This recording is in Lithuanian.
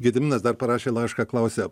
gediminas dar parašė laišką klausia